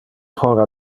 hora